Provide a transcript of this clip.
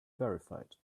verified